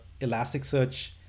Elasticsearch